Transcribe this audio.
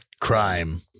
Crime